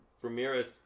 Ramirez